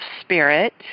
spirit